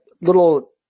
little